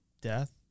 death